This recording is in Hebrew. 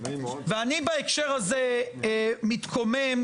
אני בהקשר הזה מתקומם,